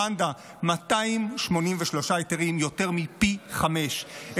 מנדא, 283 היתרים, יותר מפי חמישה.